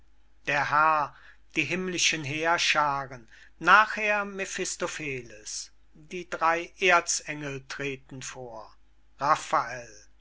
der herr die himmlischen heerscharen nachher mephistopheles die drey erzengel treten vor